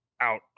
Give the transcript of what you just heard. out